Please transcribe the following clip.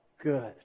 good